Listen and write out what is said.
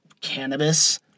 cannabis